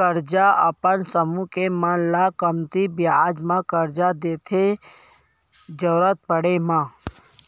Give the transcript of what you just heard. करजा अपन समूह के मन ल कमती बियाज म करजा देथे जरुरत पड़े म